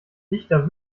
dichter